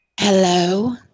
hello